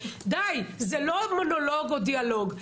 די, זה לא מונולוג או דיאלוג.